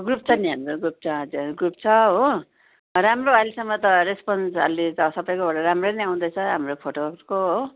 group छ नि हाम्रो ग्रुप छ हजार ग्रुप छ हो राम्रो अहिलेसम्म त रेस्पोन्स अहिले त सबैकोबाट राम्रै नै आउँदैछ हाम्रो फोटो उसको हो